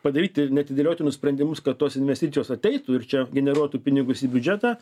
padaryti neatidėliotinus sprendimus kad tos investicijos ateitų ir čia generuotų pinigus į biudžetą